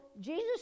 Jesus